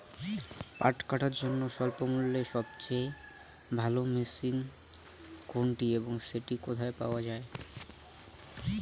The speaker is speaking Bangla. পাট কাটার জন্য স্বল্পমূল্যে সবচেয়ে ভালো মেশিন কোনটি এবং সেটি কোথায় পাওয়া য়ায়?